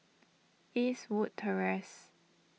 Eastwood Terrace